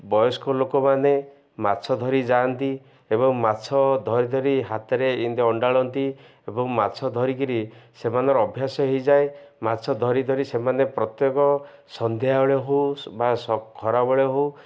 ବୟସ୍କ ଲୋକମାନେ ମାଛ ଧରି ଯାଆନ୍ତି ଏବଂ ମାଛ ଧରି ଧରି ହାତରେ ଇନ୍ତି ଅଣ୍ଡାଳନ୍ତି ଏବଂ ମାଛ ଧରିକିରି ସେମାନଙ୍କର ଅଭ୍ୟାସ ହେଇଯାଏ ମାଛ ଧରି ଧରି ସେମାନେ ପ୍ରତ୍ୟେକ ସନ୍ଧ୍ୟାବେଳେ ହଉ ବା ଖରାବେଳେ ହଉ